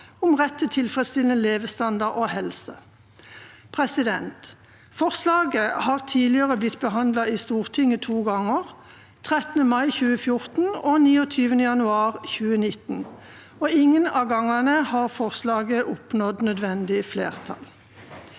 om rett til tilfredsstillende levestandard og helse. Forslaget har tidligere blitt behandlet i Stortinget to ganger, 13. mai 2014 og 29. januar 2019, og ingen av gangene har forslaget oppnådd nødvendig flertall.